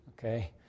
Okay